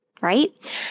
Right